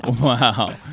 Wow